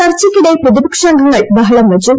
ചർച്ചയ്ക്കിടെ പ്രതിപക്ഷാംഗങ്ങൾ ബഹളംവച്ചു